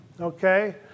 okay